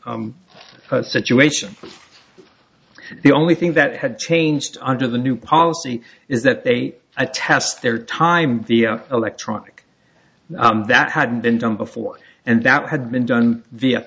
brain situation the only thing that had changed under the new policy is that they attest their time via electronic that hadn't been done before and that had been done via